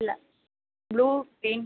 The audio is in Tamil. இல்லை ப்ளூ பிங்க்